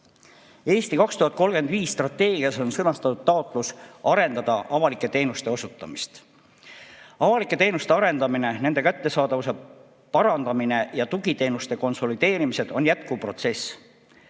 "Eesti 2035" on sõnastatud taotlus arendada avalike teenuste osutamist. Avalike teenuste arendamine, nende kättesaadavuse parandamine ja tugiteenuste konsolideerimised on jätkuprotsess.